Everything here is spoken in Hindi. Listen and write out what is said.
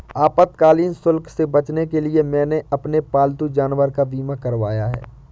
आपातकालीन शुल्क से बचने के लिए मैंने अपने पालतू जानवर का बीमा करवाया है